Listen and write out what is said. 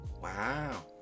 Wow